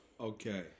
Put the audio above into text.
Okay